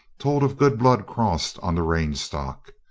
told of good blood crossed on the range stock.